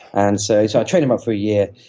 and so so i trained him up for a year.